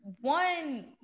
One